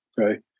okay